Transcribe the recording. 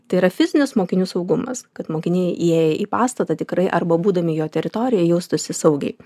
tai yra fizinis mokinių saugumas kad mokiniai įėję į pastatą tikrai arba būdami jo teritorijoj jaustųsi saugiai